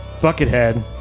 Buckethead